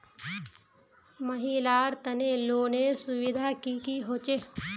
महिलार तने लोनेर सुविधा की की होचे?